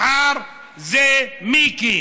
מחר זה מיקי.